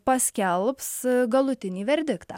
paskelbs galutinį verdiktą